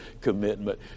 commitment